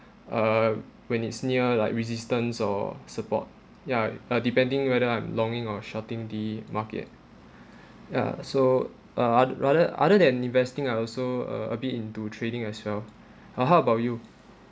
uh when it's near like resistance or support ya uh depending whether I'm longing or shorting the market ya so uh other rather other than investing I also uh a bit into trading as well how how about you